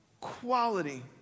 quality